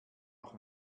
noch